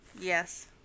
Yes